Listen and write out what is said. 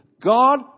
God